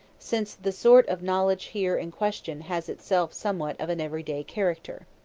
since the sort of knowledge here in question has itself somewhat of an everyday character.